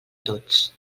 tots